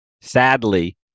sadly